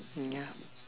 ya